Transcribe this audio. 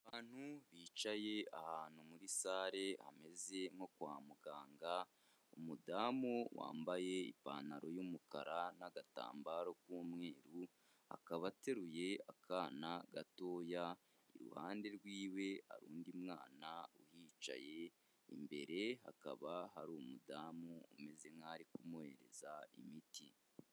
Abantu bicaye ahantu muri sale hameze nko kwa muganga umudamu wambaye ipantaro y'umukara n'agatambaro k'umweru akaba ateruye akana gatoya, iruhande rwiwe hari undi mwana uhicaye, imbere hakaba hari umudamu umeze nk'aho ari kumuhereza imiti.